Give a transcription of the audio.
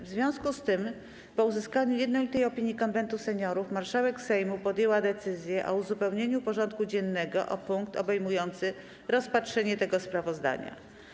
W związku z tym, po uzyskaniu jednolitej opinii Konwentu Seniorów, marszałek Sejmu podjęła decyzję o uzupełnieniu porządku dziennego o punkt obejmujący rozpatrzenie tego sprawozdania.